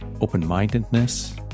open-mindedness